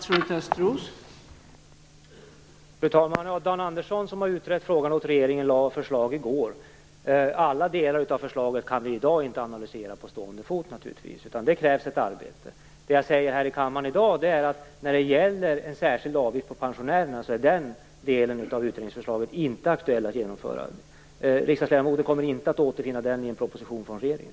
Fru talman! Dan Andersson, som har utrett frågan åt regeringen, lade fram sitt förslag i går. Alla delar av förslaget kan man naturligtvis inte analysera på stående fot i dag, utan det krävs ett arbete. Vad jag har sagt här i kammaren i dag är att den del av utredningsförslaget som gäller den särskilda avgiften på pensionärerna inte är aktuell att genomföra. Riksdagsledamöterna kommer inte att återfinna den i en proposition från regeringen.